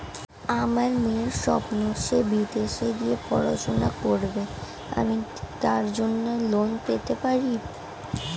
আমার মেয়ের স্বপ্ন সে বিদেশে গিয়ে পড়াশোনা করবে আমি কি তার জন্য লোন পেতে পারি?